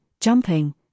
jumping